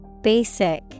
Basic